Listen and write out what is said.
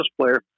player